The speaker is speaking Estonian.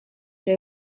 see